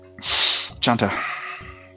Chanta